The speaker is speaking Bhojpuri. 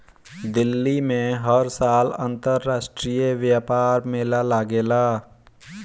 दिल्ली में हर साल अंतरराष्ट्रीय व्यापार मेला लागेला